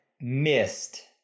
missed